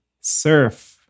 surf